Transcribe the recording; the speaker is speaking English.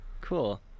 Cool